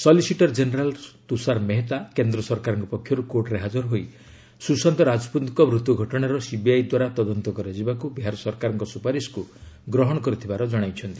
solicitor general Tushar Mehta କେନ୍ଦ୍ର ସରକାରଙ୍କ ପକ୍ଷରୁ କୋର୍ଟରେ ହାଜର ହୋଇ ସୁଶାନ୍ତ ରାଜପୁତଙ୍କ ମୃତ୍ୟୁ ଘଟଣାର ସିବିଆଇ ଦ୍ୱାରା ତଦନ୍ତ କରାଯିବାକୁ ବିହାର ସରକାରଙ୍କ ସୁପାରିସ୍କୁ ଗ୍ରହଣ କରିଥିବାର ଜଣାଇଛନ୍ତି